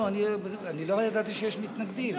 לא ידעתי שיש מתנגדים.